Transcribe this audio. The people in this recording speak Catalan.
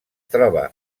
troba